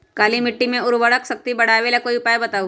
काली मिट्टी में उर्वरक शक्ति बढ़ावे ला कोई उपाय बताउ?